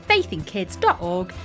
Faithinkids.org